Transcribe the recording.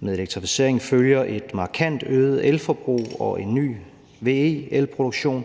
Med elektrificering følger et markant øget elforbrug og en ny VE-elproduktion,